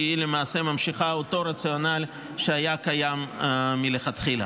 כי היא למעשה ממשיכה את אותו רציונל שהיה קיים מלכתחילה.